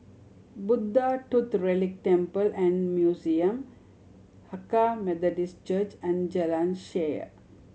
Buddha Tooth Relic Temple and Museum Hakka Methodist Church and Jalan Shaer